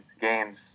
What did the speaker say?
games